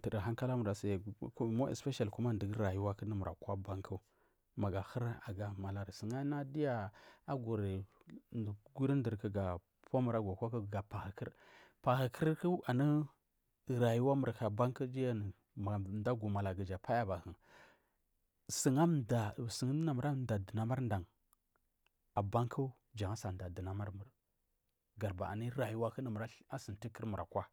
tudu hankal murasi more especially dugu rayuwa dumur akwa abanku, magu ahuri malari sufuna guyi aguri ndurkuga powa agu akwaku ga pahukur pahukurku anu rayuwar murku abanku ma mdu agumala kiga payaba, sugudu mdumur amda duramari dan, abanku jan asuda ga mdiya dunamarmur gadubari anu rayuwaku ndumur asathai kumur akwa.